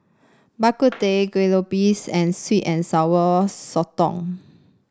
Bak Kut Teh Kue Lupis and sweet and Sour Sotong